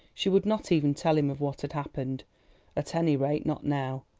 she would not even tell him of what had happened at any rate, not now.